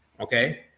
Okay